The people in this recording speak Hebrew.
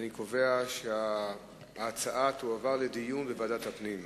אני קובע שההצעה תועבר לדיון בוועדת הפנים.